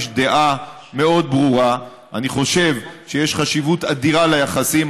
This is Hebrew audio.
יש דעה מאוד ברורה: אני חושב שיש חשיבות אדירה ליחסים.